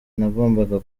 nagombaga